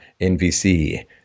NVC